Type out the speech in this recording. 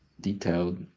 detailed